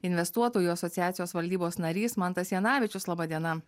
investuotojų asociacijos valdybos narys mantas janavičius laba diena